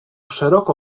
szeroko